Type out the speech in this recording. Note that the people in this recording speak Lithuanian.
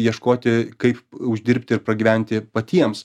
ieškoti kaip uždirbti ir pragyventi patiems